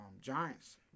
Giants